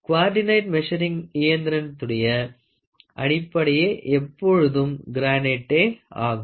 coordinate measuring இயந்திரதினுடைய அடிப்படையே எப்பொழுதும் கிரானைட்டே ஆகும்